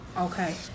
Okay